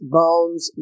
bones